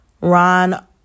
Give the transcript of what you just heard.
Ron